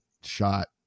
shot